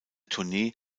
tournee